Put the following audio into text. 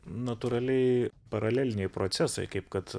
natūraliai paraleliniai procesai kaip kad